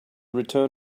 return